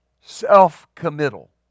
Self-committal